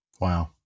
Wow